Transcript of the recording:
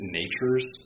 nature's